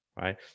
right